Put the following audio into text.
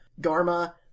Garma